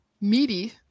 meaty